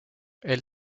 elle